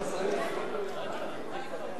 נא להצביע.